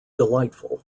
delightful